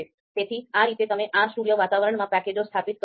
તેથી આ રીતે તમે R Studio વાતાવરણમાં પેકેજો સ્થાપિત કરો છો